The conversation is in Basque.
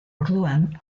orduan